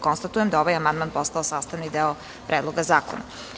Konstatujem da je ovaj amandman postao sastavni deo Predloga zakona.